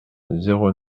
zéro